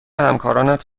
همکارانت